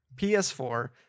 PS4